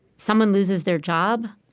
someone loses their job,